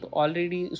already